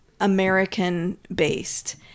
American-based